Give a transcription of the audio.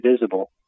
visible